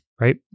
right